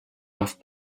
off